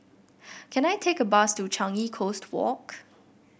can I take a bus to Changi Coast Walk